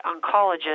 oncologist